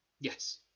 Yes